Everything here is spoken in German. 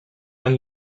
ein